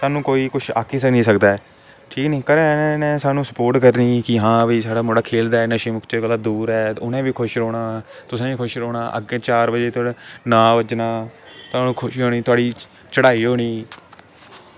सानू कोई कुछ आक्खी निं सकदा ऐ ठीक ऐ नी घरें आह्लें सानू सपोर्ट करनी कि हां भई साढ़ा मुड़ा खेलदा ऐ नशे कोला मुक्ति कोला दूर ऐ ते उ'नें बी खुश रौह्ना तुसें बी खुश रौह्ना अग्गें चार बजे थोह्ड़ा नांऽ उज्जना ते थुआनू खुशी होनी थुआढ़ी खुशी होनी चढ़ाई होनी